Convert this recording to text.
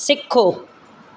ਸਿੱਖੋ